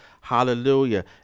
hallelujah